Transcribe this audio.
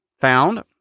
found